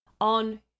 on